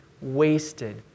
Wasted